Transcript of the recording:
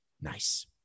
nice